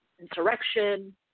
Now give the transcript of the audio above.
insurrection